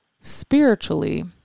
spiritually